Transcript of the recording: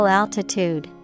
altitude